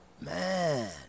man